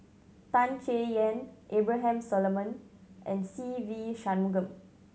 Tan Chay Yan Abraham Solomon and Se Ve Shanmugam